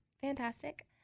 fantastic